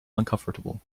uncomfortable